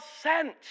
sent